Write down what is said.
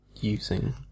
using